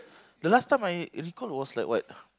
the last time I recall was like what